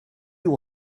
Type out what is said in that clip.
will